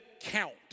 count